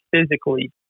physically